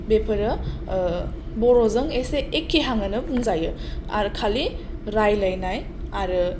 बेफोरो बर' जों एसे एखेहांआनो बुंजायो आरो खालि रायलायनाय आरो